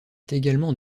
également